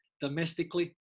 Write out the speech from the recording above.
domestically